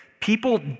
people